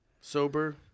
Sober